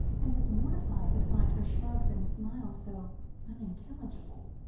and was mortified to find her shrugs and smiles so unintelligible.